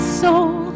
soul